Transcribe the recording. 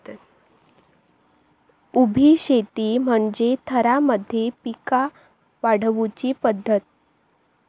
उभी शेती म्हणजे थरांमध्ये पिका वाढवुची पध्दत